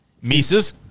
Mises